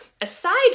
aside